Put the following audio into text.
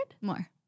More